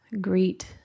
greet